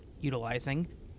utilizing